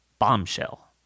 bombshell